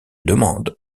demande